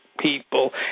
People